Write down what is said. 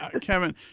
Kevin